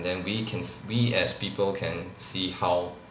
then we can we as people can see how